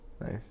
Nice